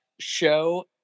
show